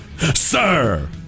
Sir